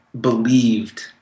believed